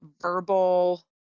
verbal